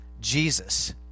Jesus